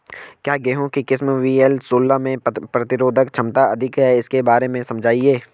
क्या गेहूँ की किस्म वी.एल सोलह में प्रतिरोधक क्षमता अधिक है इसके बारे में समझाइये?